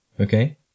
Okay